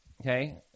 Okay